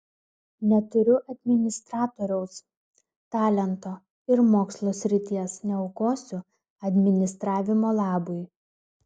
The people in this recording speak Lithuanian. neturiu administratoriaus talento ir mokslo srities neaukosiu administravimo labui